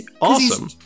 awesome